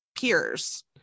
peers